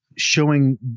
showing